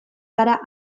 gara